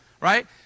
right